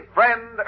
Friend